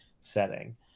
setting